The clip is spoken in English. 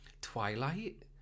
Twilight